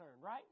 right